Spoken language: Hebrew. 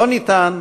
לא ניתן,